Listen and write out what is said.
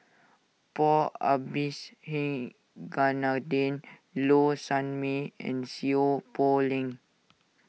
Paul Abisheganaden Low Sanmay and Seow Poh Leng